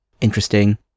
interesting